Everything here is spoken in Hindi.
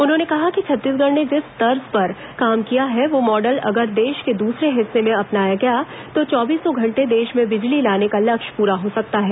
उन्होंने कहा कि छत्तीसगढ़ ने जिस तर्ज पर काम किया है वो मॉडल अगर देश के दूसरे हिस्से में अपनाया गया तो चौबीसों घंटे देश में बिजली लाने का लक्ष्य पूरा हो सकता है